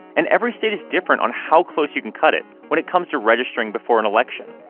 and every state is different on how close you can cut it when it comes to registering before an election.